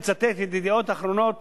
אני מצטט את "ידיעות אחרונות",